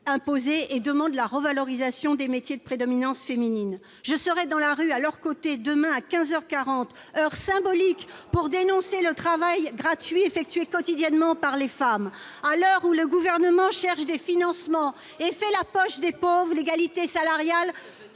imposé et demandent la revalorisation des métiers à prédominance féminine. Je serai dans la rue à leurs côtés demain, à 15 heures 40, heure symbolique, pour dénoncer le travail gratuit effectué quotidiennement par les femmes. À l'heure où le Gouvernement cherche des financements et fait la poche des pauvres, l'égalité salariale